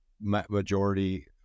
majority